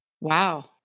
Wow